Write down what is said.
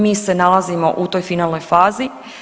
Mi se nalazimo u toj finalnoj fazi.